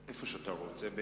בעצם איפה שאתה רוצה,